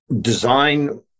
design